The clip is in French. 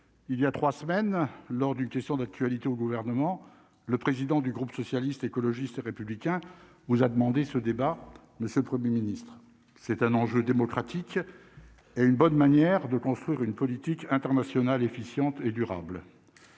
il y a 3 semaines, lors d'une question d'actualité au gouvernement, le président du groupe socialiste, écologiste et républicain nous a demandé ce débat mais ce 1er ministre c'est un enjeu démocratique est une bonne manière de construire une politique internationale efficiente et durable